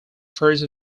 first